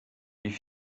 wie